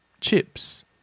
chips